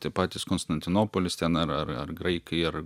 tie patys konstantinopolis ten ar ar ar graikai ar